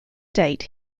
date